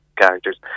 characters